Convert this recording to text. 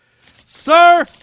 Sir